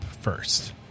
first